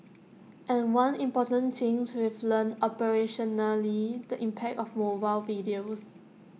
and one important things we've learnt operationally the impact of mobile videos